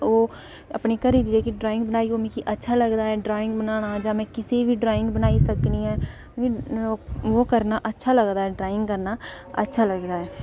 अपने घरै दी जे कि ड्राइंग बनाई ऐ मिगी अच्छा लगदा ड्राइंग बनाना जां में कुसै दी बी ड्राइंग बनाई सकनी आं मिगी ओह् करना अच्छा लगदा ड्राइंग करना अच्छा लगदा ऐ